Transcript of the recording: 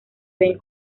bien